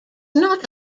not